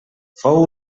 fou